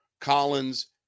Collins